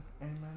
Amen